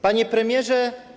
Panie Premierze!